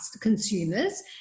consumers